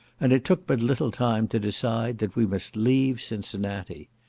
and it took but little time to decide that we must leave cincinnati.